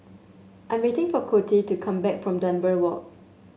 I'm waiting for Coty to come back from Dunbar Walk